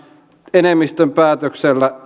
enemmistön päätöksellä